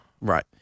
Right